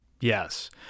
Yes